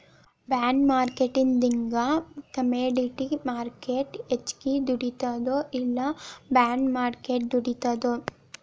ಬಾಂಡ್ಮಾರ್ಕೆಟಿಂಗಿಂದಾ commodity market ಹೆಚ್ಗಿ ದುಡಿತದೊ ಇಲ್ಲಾ ಬಾಂಡ್ ಮಾರ್ಕೆಟ್ ದುಡಿತದೊ?